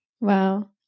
Wow